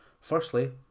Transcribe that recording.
Firstly